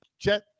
Jet